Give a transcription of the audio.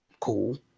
cool